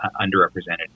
underrepresented